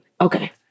Okay